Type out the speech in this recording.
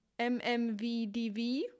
MMVDV